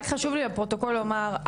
רק חשוב לי לפרוטוקול לומר,